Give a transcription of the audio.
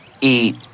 Eat